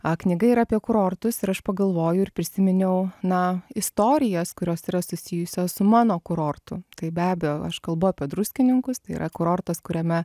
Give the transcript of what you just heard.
a knyga yra apie kurortus ir aš pagalvoju ir prisiminiau na istorijas kurios yra susijusios su mano kurortu tai be abejo aš kalbu apie druskininkus tai yra kurortas kuriame